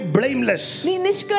blameless